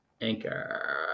anchor